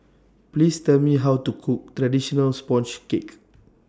Please Tell Me How to Cook Traditional Sponge Cake